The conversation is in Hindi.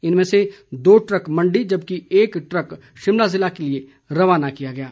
इनमें से दो ट्रक मंडी जबकि एक ट्रक शिमला जिला के लिए रवाना किया गया है